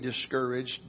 discouraged